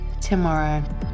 tomorrow